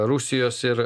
rusijos ir